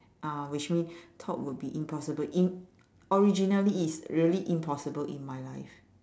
uh which mean thought would be impossible in originally it is really impossible in my life